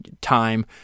time